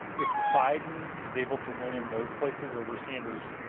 if biden is able to win in those places over sanders,